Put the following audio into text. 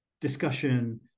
discussion